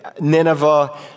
Nineveh